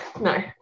No